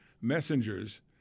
messengers